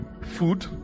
food